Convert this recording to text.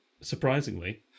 surprisingly